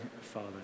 father